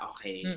Okay